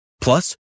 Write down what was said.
Plus